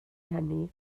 hynny